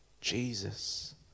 Jesus